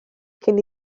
cyn